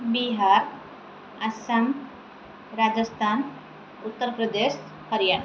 Bihar Assam Rajasthan Uttar Pradesh Haryana